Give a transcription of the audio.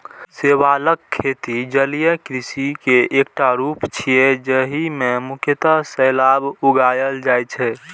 शैवालक खेती जलीय कृषि के एकटा रूप छियै, जाहि मे मुख्यतः शैवाल उगाएल जाइ छै